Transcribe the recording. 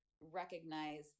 recognize